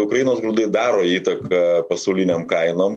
ukrainos grūdai daro įtaką pasaulinėm kainom